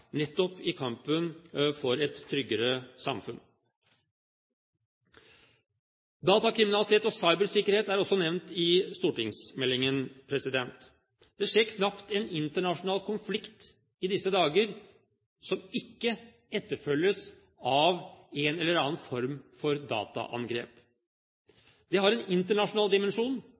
nettopp i kampen for et tryggere samfunn. Datakriminalitet og cybersikkerhet er også nevnt i stortingsmeldingen. Det skjer knapt en internasjonal konflikt i disse dager som ikke etterfølges av en eller annen form for dataangrep. Det har naturligvis en internasjonal dimensjon,